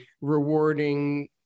rewarding